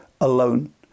alone